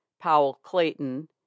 Powell-Clayton